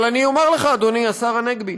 אבל אני אומר לך, אדוני השר הנגבי,